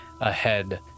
ahead